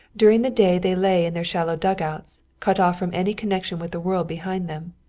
during the day, they lay in their shallow dugouts, cut off from any connection with the world behind them.